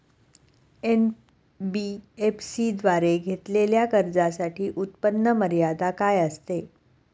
NBFC द्वारे घेतलेल्या कर्जासाठी उत्पन्न मर्यादा काय असते?